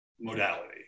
Modality